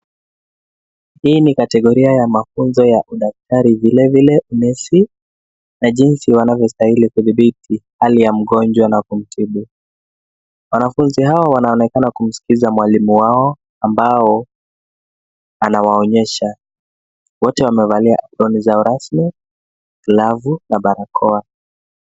Hii ni kategoria ya mafunzo ya udaktari, vile vile unesi, na jinsi wanavyostahili kudhibiti hali ya mgonjwa na kumtibu. Wanafunzi hawa wanaonekana kumsikiza mwalimu wao, ambao anawaonyesha. Wote wamevalia aproni za urasmi, glavu, na barakoa.